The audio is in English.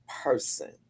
person